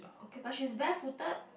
okay but she's barefooted